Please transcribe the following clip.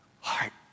heart